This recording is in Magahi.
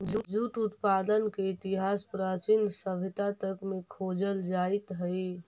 जूट उत्पादन के इतिहास प्राचीन सभ्यता तक में खोजल जाइत हई